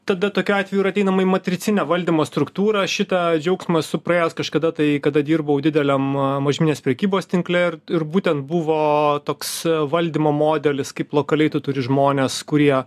tada tokiu atveju ir ateinama į matricinę valdymo struktūrą šitą džiaugsmą esu praėjęs kažkada tai kada dirbau dideliam mažmeninės prekybos tinkle ir ir būtent buvo toks valdymo modelis kaip lokaliai tu turi žmones kurie